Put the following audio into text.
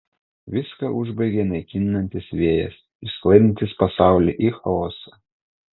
viską užbaigia naikinantis vėjas išsklaidantis pasaulį į chaosą